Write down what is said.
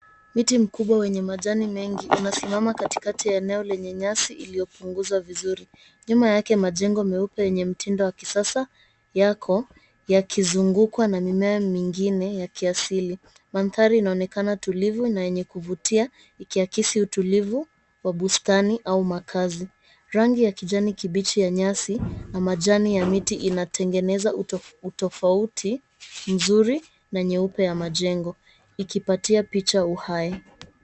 Miti mkubwa wenye majani mengi unasimama katikati ya eneo lenye nyasi iliyopunguzwa vizuri. Nyuma yake majengo meupe yenye mtindo wa kisasa yako ya kizungukwa na mimea mingine ya kiasili. Mandhari inaonekana tulivu na yenye kuvutia kiakisi utulivu wa bustani au makazi. Rangi ya kijani kibichi ya nyasi na majani ya miti inatengenezwa utofauti mzuri, na nyeupe ya majengo, ikipatia picha uhai.